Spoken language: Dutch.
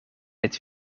dit